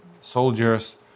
soldiers